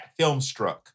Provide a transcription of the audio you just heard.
Filmstruck